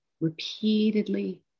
repeatedly